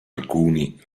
alcuni